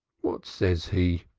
what says he?